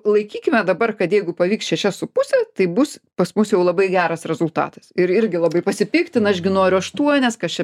laikykime dabar kad jeigu pavyks šešias su puse tai bus pas mus jau labai geras rezultatas ir irgi labai pasipiktina aš gi noriu aštuonias kas čia